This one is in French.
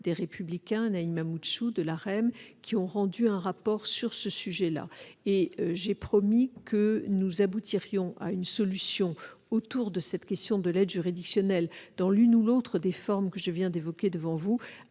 Les Républicains, et Naïma Moutchou, du groupe LaREM -qui ont rendu un rapport sur ce sujet. J'ai promis que nous aboutirions à une solution sur cette question de l'aide juridictionnelle dans l'une ou l'autre des formes que je viens d'évoquer avant le